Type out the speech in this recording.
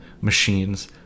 machines